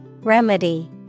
Remedy